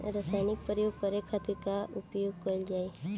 रसायनिक प्रयोग करे खातिर का उपयोग कईल जाइ?